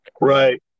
Right